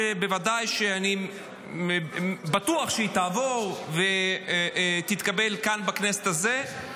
שאני בוודאי בטוח שתעבור ותתקבל כאן בכנסת הזאת,